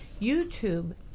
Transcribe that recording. YouTube